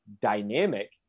dynamic